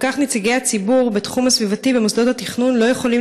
וכך נציגי הציבור בתחום הסביבתי במוסדות התכנון לא יכולים